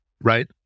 right